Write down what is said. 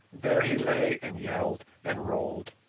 there he lay and yelled and rolled,